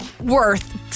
worth